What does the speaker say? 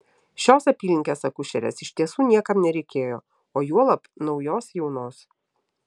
šios apylinkės akušerės iš tiesų niekam nereikėjo o juolab naujos jaunos